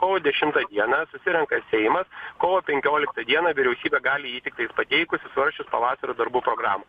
kovo dešimtą dieną susirenka seimas kovo penkioliktą dieną vyriausybė gali jį tiktai pateikusi svarsčius pavasario darbų programoj